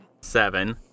seven